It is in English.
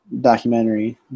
documentary